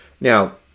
Now